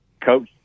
Coach